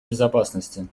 безопасности